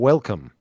Welcome